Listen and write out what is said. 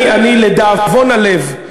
אני לדאבון הלב,